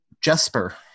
Jesper